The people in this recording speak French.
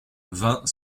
vingt